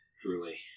truly